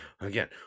again